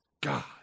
God